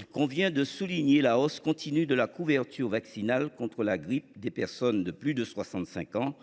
il convient de souligner la hausse continue de la couverture vaccinale contre la grippe des personnes de plus de 65 ans.